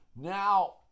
Now